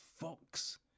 Fox